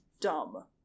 dumb